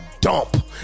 dump